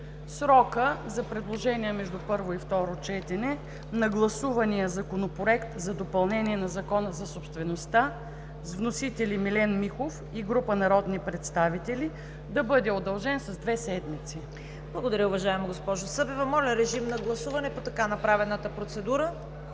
срокът за предложения между първо и второ четене на гласувания Законопроект за допълнение на Закона за собствеността, с вносители Милен Михов и група народни представители, да бъде удължен с две седмици. ПРЕДСЕДАТЕЛ ЦВЕТА КАРАЯНЧЕВА: Благодаря, уважаема госпожо Събева. Моля, режим на гласуване по така направената процедура.